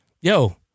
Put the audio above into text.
yo